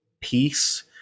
peace